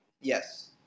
Yes